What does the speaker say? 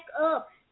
up